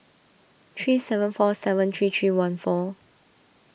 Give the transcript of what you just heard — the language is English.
three seven four seven three three one four